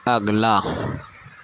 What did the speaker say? اگلا